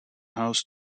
house